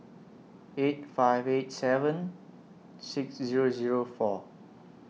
eight five eight seven six Zero Zero four